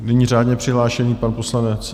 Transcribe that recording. Nyní řádně přihlášený pan poslanec...